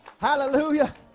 Hallelujah